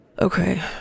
Okay